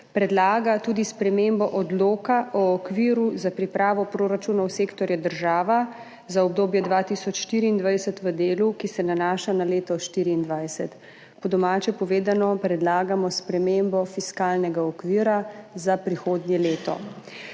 predlaga tudi spremembo Odloka o okviru za pripravo proračunov sektorja država za obdobje 2024–2026 v delu, ki se nanaša na leto 2024. Po domače povedano, predlagamo spremembo fiskalnega okvira za prihodnje leto.